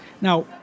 Now